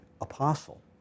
apostle